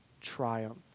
triumph